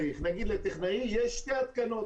יש שתי התקנות,